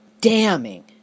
damning